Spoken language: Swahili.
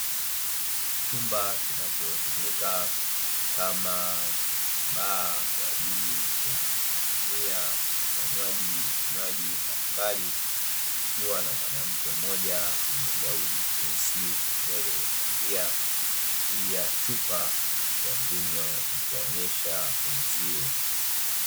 Chumba kinachotumika kama baa kwa ajili ya kutumia wanywaji vinywaji mbalimbali ikiwa na mwanamke mmoja mwenye gauni nyeusi, nywele bandia akishikilia chupa ya mvinyo na kuwaonyesha wenzie.